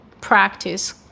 practice